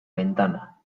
ventana